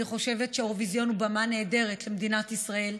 אני חושבת שהאירוויזיון הוא במה נהדרת למדינת ישראל.